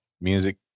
music